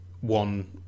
one